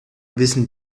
wissen